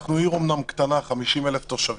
אנחנו אומנם עיר קטנה, 50,000 תושבים,